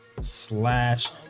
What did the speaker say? slash